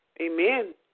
Amen